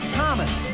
Thomas